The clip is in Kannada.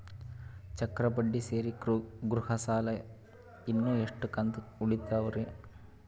ಚಕ್ರ ಬಡ್ಡಿ ಸೇರಿ ಗೃಹ ಸಾಲ ಇನ್ನು ಎಷ್ಟ ಕಂತ ಉಳಿದಾವರಿ?